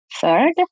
Third